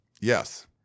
Yes